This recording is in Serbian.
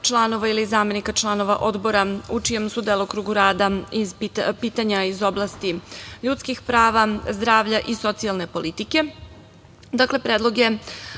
članova ili zamenika članova odbora u čijem su delokrugu rada pitanja iz oblasti ljudskih prava, zdravlja i socijalne politike,